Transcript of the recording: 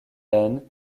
den